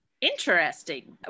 Interesting